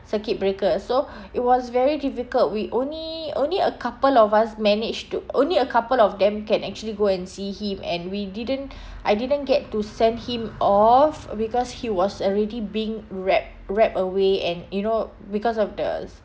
circuit breaker so it was very difficult we only only a couple of us managed to only a couple of them can actually go and see him and we didn't I didn't get to send him off uh because he was already being wrapped wrapped away and you know because of the